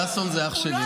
ששון זה אח שלי.